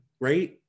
right